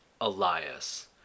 Elias